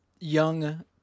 young